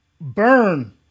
Burn